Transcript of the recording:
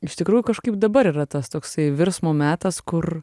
iš tikrųjų kažkaip dabar yra tas toksai virsmo metas kur